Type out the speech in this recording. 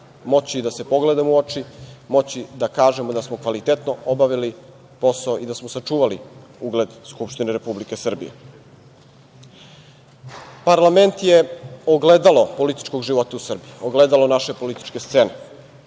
moći da se pogledamo u oči i moći da kažemo da smo kvalitetno obavili posao i da smo sačuvali ugled Skupštine Republike Srbije. Parlament je ogledalo političkog života u Srbiji, ogledalo naše političke scene